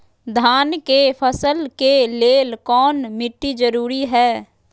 धान के फसल के लेल कौन मिट्टी जरूरी है?